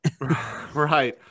Right